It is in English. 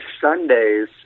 Sundays